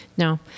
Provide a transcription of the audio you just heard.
No